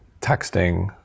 texting